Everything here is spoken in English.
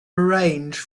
arrange